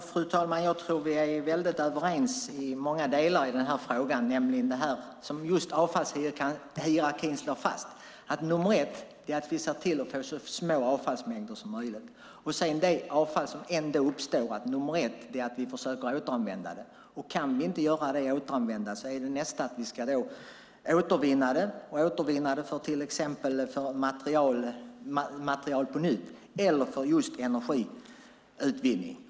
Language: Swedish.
Fru talman! Jag tror att vi är överens i många delar i fråga om avfallshierarkin. Nummer ett är att vi ser till att vi får så små avfallsmängder som möjligt. När avfall ändå uppstår ska vi försöka återanvända det. Kan vi inte återanvända det är nästa steg att återvinna det och återvinna det för till exempel material på nytt eller för energiutvinning.